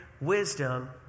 wisdom